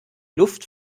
luft